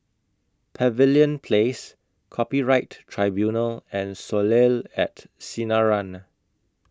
Pavilion Place Copyright Tribunal and Soleil At Sinaran